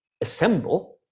assemble